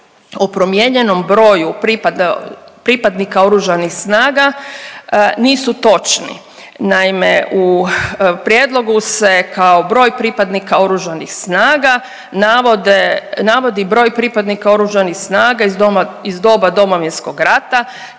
o promijenjenom broju pripadnika Oružanih snaga nisu točni. Naime, u prijedlogu se kao broj pripadnika Oružanih snaga navode, navodi broj pripadnika Oružanih snaga iz doba Domovinskog rata